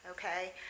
Okay